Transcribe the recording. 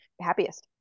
happiest